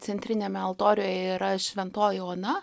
centriniame altoriuje yra šventoji ona